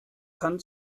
kann